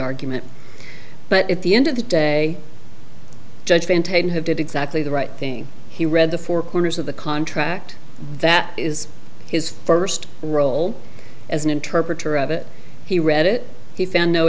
argument but at the end of the day judge maintain who did exactly the right thing he read the four corners of the contract that is his first role as an interpreter of it he read it he found no